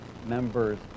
members